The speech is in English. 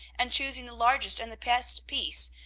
and choosing the largest and the best piece,